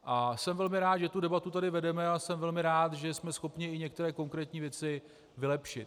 A jsem velmi rád, že tu debatu tady vedeme, a jsem velmi rád, že jsme schopni i některé konkrétní věci vylepšit.